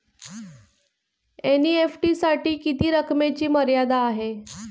NEFT साठी किती रकमेची मर्यादा आहे?